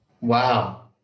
Wow